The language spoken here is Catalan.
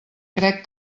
crec